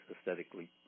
aesthetically